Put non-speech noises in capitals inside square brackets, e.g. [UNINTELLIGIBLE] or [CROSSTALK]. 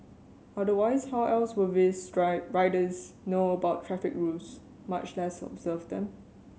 otherwise how else will these [UNINTELLIGIBLE] riders know about traffic rules much less observe them